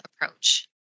approach